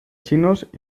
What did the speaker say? chinos